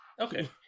okay